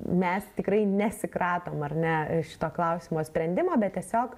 mes tikrai nesikratom ar ne šito klausimo sprendimo bet tiesiog